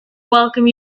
welcome